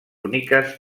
úniques